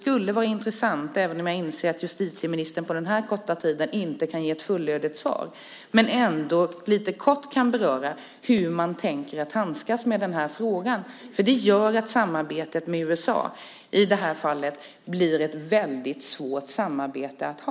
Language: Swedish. Även om jag inser att justitieministern på den här korta tiden inte kan ge ett fullödigt svar, skulle det vara intressant om justitieministern lite kort kunde beröra hur man tänker handskas med den här frågan, för samarbetet med USA blir i det här fallet ett väldigt svårt samarbete att ha.